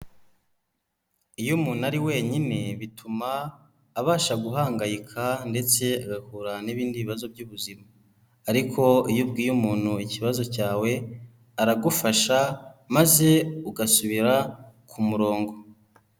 Iyo umuntu ari wenyine bituma abasha guhangayika ndetse agahura n'ibindi bibazo by'ubuzima ariko iyo ubwiye umuntu ikibazo cyawe, aragufasha maze ugasubira ku murongo.